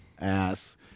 ass